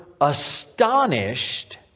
astonished